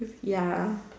ya